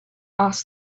asked